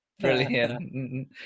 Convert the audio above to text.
brilliant